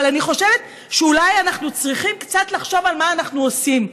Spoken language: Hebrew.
אבל אני חושבת שאולי אנחנו צריכים קצת לחשוב על מה אנחנו עושים.